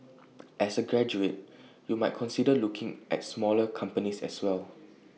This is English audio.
as A graduate you might consider looking at smaller companies as well